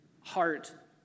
heart